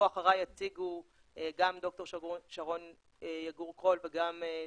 אחריי יציגו גם ד"ר שרון יגור קרול וגם פרופ'